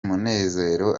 munezero